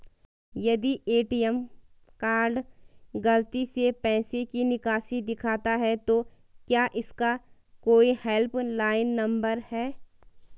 यदि ATM card गलती से पैसे की निकासी दिखाता है तो क्या इसका कोई हेल्प लाइन नम्बर है?